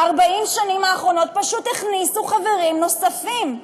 ב-40 שנים האחרונות, פשוט הכניסו חברים נוספים,